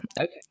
okay